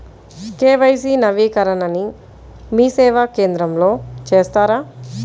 KYC నవీకరణని మీసేవా కేంద్రం లో చేస్తారా?